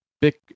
big